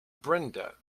brenda